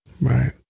Right